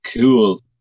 Cool